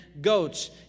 goats